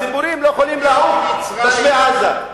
הציפורים לא יכולות לעוף בשמי עזה,